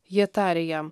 jie tarė jam